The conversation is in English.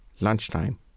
lunchtime